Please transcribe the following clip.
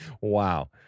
Wow